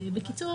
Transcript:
בקיצור,